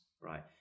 right